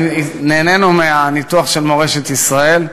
נהנינו מהניתוח של מורשת ישראל.